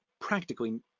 practically